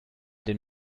den